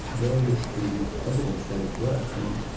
where is the evidence that it works? i mean,